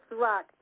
rock